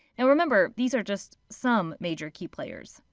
and remember, these are just some major key players.